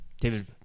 David